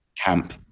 Camp